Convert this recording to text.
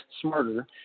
smarter